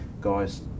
Guys